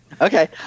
Okay